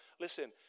Listen